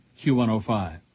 Q105